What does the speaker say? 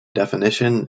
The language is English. definition